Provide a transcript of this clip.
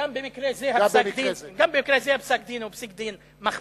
גם במקרה זה פסק-הדין הוא פסק-דין מחמיר,